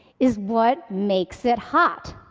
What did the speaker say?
is what makes it hot.